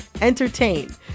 entertain